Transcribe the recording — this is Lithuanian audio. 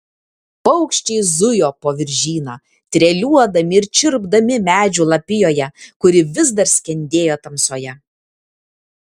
paukščiai zujo po viržyną treliuodami ir čirpdami medžių lapijoje kuri vis dar skendėjo tamsoje